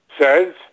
Says